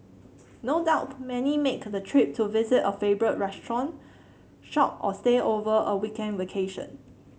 no doubt many make the trip to visit a favourite restaurant shop or stay over a weekend vacation